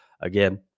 Again